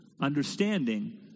Understanding